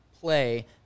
play